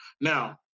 Now